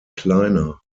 kleiner